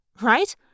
Right